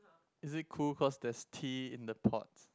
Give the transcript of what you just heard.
is it cool cause there's tea in the pot